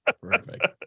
Perfect